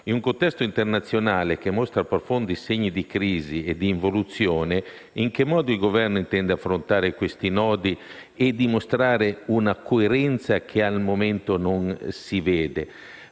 In un contesto internazionale che mostra profondi segni di crisi e di involuzione in che modo il Governo intende affrontare questi nodi e dimostrare una coerenza che al momento non si vede?